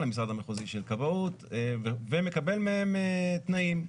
למשרד המחוזי של כבאות ומקבל מהם תנאים.